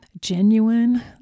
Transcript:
genuine